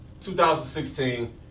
2016